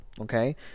okay